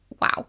Wow